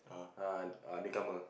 ah newcomer